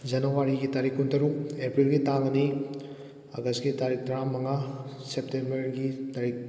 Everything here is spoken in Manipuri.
ꯖꯅꯋꯥꯔꯤꯒꯤ ꯇꯥꯔꯤꯛ ꯀꯨꯟ ꯇꯔꯨꯛ ꯑꯦꯄ꯭ꯔꯤꯜꯒꯤ ꯇꯥꯡ ꯑꯅꯤ ꯑꯥꯒꯁꯀꯤ ꯇꯥꯔꯤꯛ ꯇꯔꯥ ꯃꯉꯥ ꯁꯦꯞꯇꯦꯝꯕꯔꯒꯤ ꯇꯥꯔꯤꯛ